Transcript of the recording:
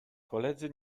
koledzy